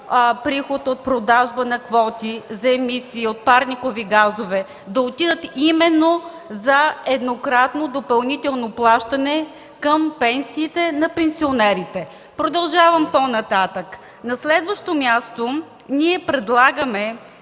приход от продажби на квоти за емисия от парникови газове да отидат за еднократно допълнително плащане към пенсиите на пенсионерите. На следващо място, ние предлагаме